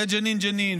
ג'נין ג'נין,